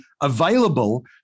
available